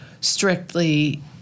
strictly